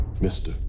mister